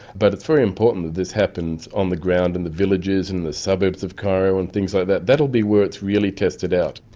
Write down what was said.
but it's very important that this happens on the ground in the villages, in the suburbs of cairo, and things like that. that'll be where it's really tested out.